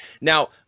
Now